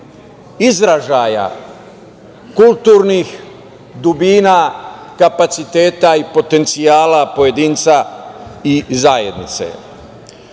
izražaja kulturnih dubina, kapaciteta i potencijala pojedinca i zajednice. Najčešće